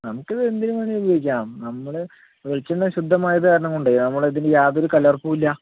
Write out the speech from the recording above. നമുക്ക് ഇത് എന്തിനു വേണ്ടിയും ഉപയോഗിക്കാം നമ്മൾ വെളിച്ചെണ്ണ ശുദ്ധമായത് കാരണംകൊണ്ട് നമ്മളെ ഇതിന് യാതൊരു കലർപ്പുമില്ല